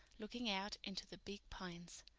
looking out into the big pines,